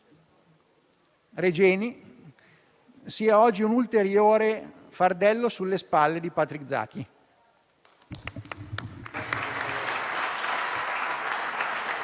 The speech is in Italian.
Regeni sia oggi un ulteriore fardello sulle spalle di Patrick Zaki.